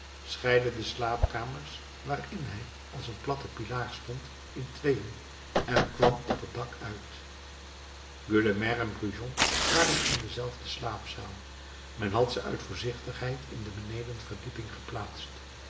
scheidde de slaapkamers waarin hij als een platte pilaar stond in tweeën en kwam op het dak uit gueulemer en brujon waren in dezelfde slaapzaal men had ze uit voorzichtigheid in de benedenverdieping geplaatst